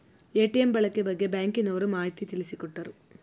ATM ಬಳಕೆ ಬಗ್ಗೆ ಬ್ಯಾಂಕಿನವರು ಮಾಹಿತಿ ತಿಳಿಸಿಕೊಟ್ಟರು